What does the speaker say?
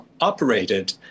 operated